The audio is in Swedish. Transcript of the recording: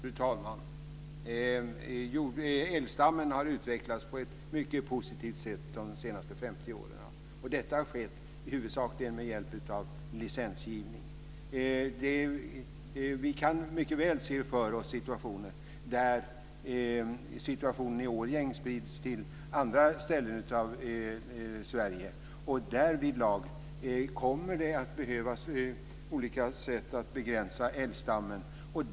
Fru talman! Älgstammen har utvecklats på ett mycket positivt sätt de senaste 50 åren. Detta har huvudsakligen skett med hjälp av licensgivning. Vi kan mycket väl se framför oss att situationen i Årjäng sprids till andra ställen av Sverige. Då kommer det att behövas olika sätt att begränsa vargstammen.